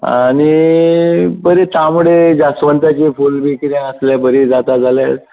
आं आनी बरीं तांबडी जासवंताचें फूल बी कितें आसल्यार बरीं जाता जाल्यार